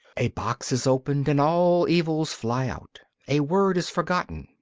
a box is opened, and all evils fly out. a word is forgotten,